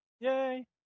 Yay